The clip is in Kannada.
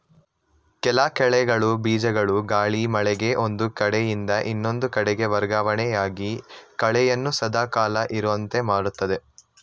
ಕೆಲ ಕಳೆ ಬೀಜಗಳು ಗಾಳಿ, ಮಳೆಗೆ ಒಂದು ಕಡೆಯಿಂದ ಇನ್ನೊಂದು ಕಡೆಗೆ ವರ್ಗವಣೆಯಾಗಿ ಕಳೆಯನ್ನು ಸದಾ ಕಾಲ ಇರುವಂತೆ ಮಾಡುತ್ತದೆ